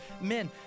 Men